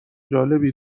جالبی